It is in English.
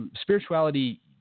Spirituality –